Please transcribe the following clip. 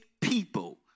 people